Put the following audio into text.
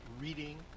reading